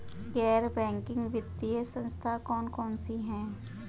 गैर बैंकिंग वित्तीय संस्था कौन कौन सी हैं?